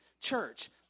church